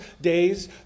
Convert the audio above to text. days